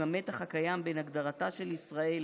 עם המתח הקיים בין הגדרתה של ישראל